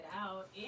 out